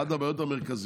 אחת הבעיות המרכזיות